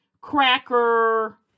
Cracker